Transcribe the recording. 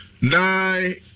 nine